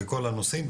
בכל הנושאים,